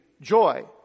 joy